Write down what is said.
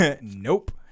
Nope